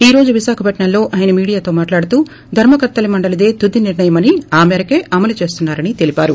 ఈ రోజు విశాఖపట్నంలో ఆయన మీడియాతో మాట్లాడుతూ ధర్మకర్తల మండలీదే తుది నిర్ణయమని ఆ పేరకే అమలు చేస్తున్నారని తెలీపారు